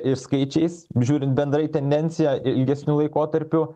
ir skaičiais žiūrint bendrai tendenciją ilgesniu laikotarpiu